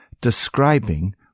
describing